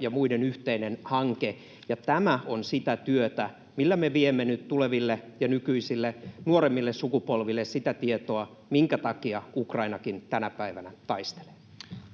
ja muiden yhteinen hanke, ja tämä on sitä työtä, millä me viemme nyt tuleville ja nykyisille, nuoremmille sukupolville sitä tietoa, minkä takia Ukrainakin tänä päivänä taistelee.